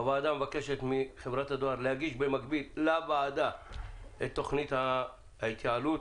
הוועדה מבקשת מחברת הדואר להגיש במקביל לוועדה את תוכנית ההתייעלות.